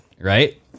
Right